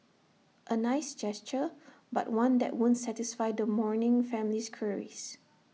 A nice gesture but one that won't satisfy the mourning family's queries